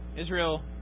Israel